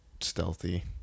stealthy